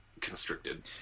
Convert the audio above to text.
constricted